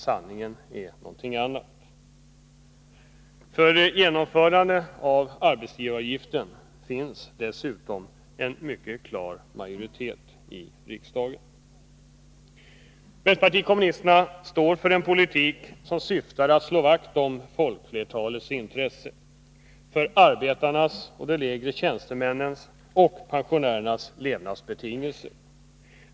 Sanningen är en annan. För förslaget om en höjning av arbetsgivaravgiften finns dessutom en mycket klar majoritet i riksdagen. Vänsterpartiet kommunisterna står för en politik som syftar till att slå vakt om folkflertalets intresse, om arbetarnas, de lägre tjänstemännens och pensionärernas levnadsbetingelser.